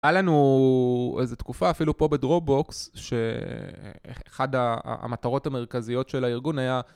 היה לנו איזו תקופה אפילו פה בדרופ בוקס שאחד המטרות המרכזיות של הארגון היה